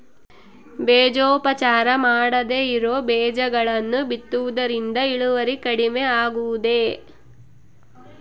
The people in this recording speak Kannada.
ಬೇಜೋಪಚಾರ ಮಾಡದೇ ಇರೋ ಬೇಜಗಳನ್ನು ಬಿತ್ತುವುದರಿಂದ ಇಳುವರಿ ಕಡಿಮೆ ಆಗುವುದೇ?